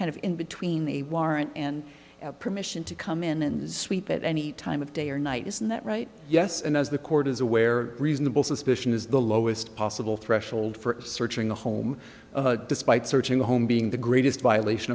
the warrant and permission to come in and sweep at any time of day or night isn't that right yes and as the court is aware reasonable suspicion is the lowest possible threshold for searching the home despite searching the home being the greatest violation